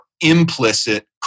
implicit